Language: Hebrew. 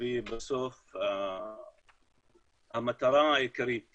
ובסוף המטרה העיקרית